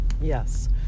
Yes